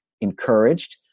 encouraged